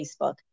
Facebook